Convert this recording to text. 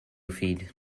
feed